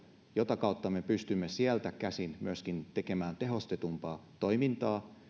jota kautta me pystymme sieltä käsin myöskin tekemään tehostetumpaa toimintaa